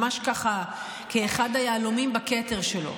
ממש ככה כאחד היהלומים בכתר שלו.